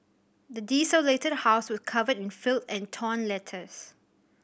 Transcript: the desolated house was covered in filth and torn letters